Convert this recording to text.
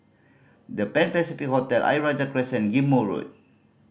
The Pan Pacific Hotel Ayer Rajah Crescent and Ghim Moh Road